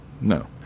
No